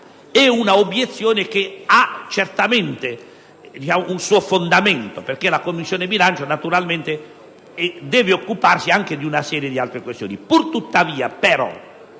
È un'obiezione che ha certamente un suo fondamento, perché le Commissioni bilancio naturalmente devono occuparsi anche di una serie di altre questioni.